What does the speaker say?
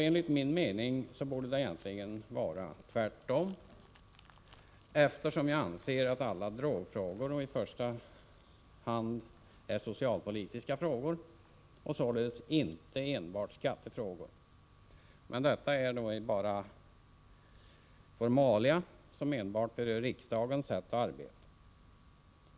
Enligt min mening borde det egentligen vara tvärtom, eftersom jag anser att alla drogfrågor i första hand är socialpolitiska frågor och sålunda inte enbart skattefrågor. Men detta är ändå bara formalia, som endast berör riksdagens sätt att arbeta.